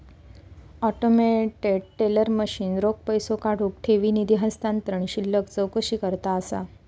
automated teller machine रोख पैसो काढुक, ठेवी, निधी हस्तांतरण, शिल्लक चौकशीकरता असा